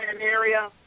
area